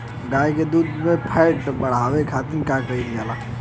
गाय के दूध में फैट बढ़ावे खातिर का कइल जाला?